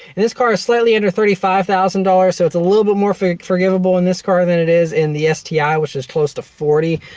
and this car is slightly under thirty five thousand dollars, so it's a little bit more forgivable in this car than it is in the sti, which is close to forty.